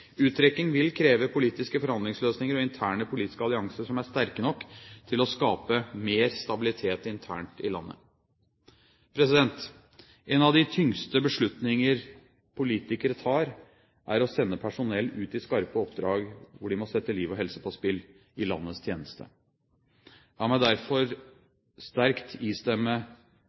Uttrekking vil kreve politiske forhandlingsløsninger og interne politiske allianser som er sterke nok til å skape mer stabilitet internt i landet. En av de tyngste beslutningene politikere tar, er å sende personell ut i skarpe oppdrag, hvor de må sette liv og helse på spill – i landets tjeneste. La meg derfor sterkt istemme